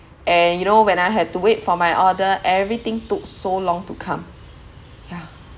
and you know when I had to wait for my order everything took so long to come yeah